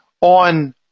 on